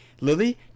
lily